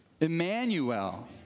Emmanuel